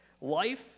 Life